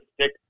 stick